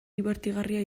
dibertigarria